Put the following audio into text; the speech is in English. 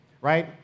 Right